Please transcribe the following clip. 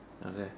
okay